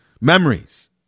Memories